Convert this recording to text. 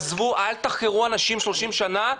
עזבו אל תחקרו אנשים 30 שנה.